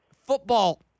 Football